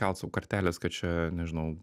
kelt sau kartelės kad čia nežinau